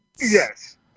yes